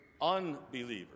unbelievers